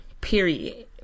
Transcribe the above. Period